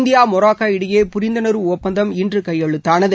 India Morocco இடையே புரிந்துணர்வு ஒப்பந்தம் இன்று கையெழுத்தானது